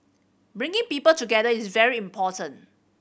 bringing people together is very important